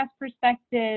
perspective